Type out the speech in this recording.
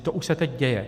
To už se teď děje.